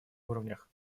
уровнях